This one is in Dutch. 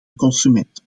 consumenten